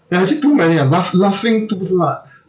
there are actually too many ah laugh~ laughing too hard